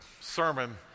sermon